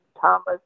Thomas